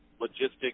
logistics